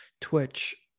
Twitch –